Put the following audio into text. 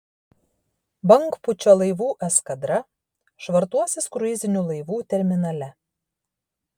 bangpūčio laivų eskadra švartuosis kruizinių laivų terminale